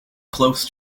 close